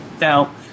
now